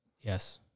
Yes